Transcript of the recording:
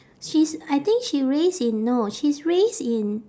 she's I think she raised in no she's raised in